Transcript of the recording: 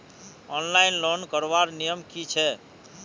Online loan करवार नियम की छे?